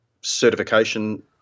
certification